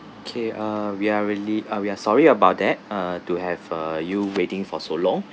okay uh we are really uh we are sorry about that uh to have uh you waiting for so long